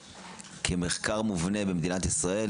כמחקר מובנה במדינת ישראל,